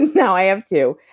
now i have two.